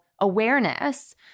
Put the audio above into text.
awareness